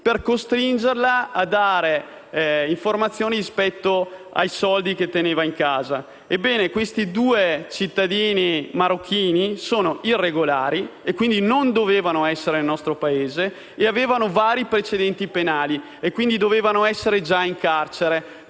per costringerla a dare informazioni rispetto ai soldi che teneva in casa. Ebbene, questi due cittadini marocchini sono irregolari, quindi, non dovevano essere presenti nel nostro Paese e, avendo già vari precedenti penali, dovevano essere in carcere